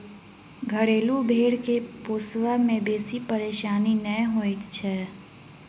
घरेलू भेंड़ के पोसबा मे बेसी परेशानी नै होइत छै